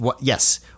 Yes